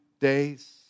days